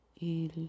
il